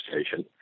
station